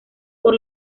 por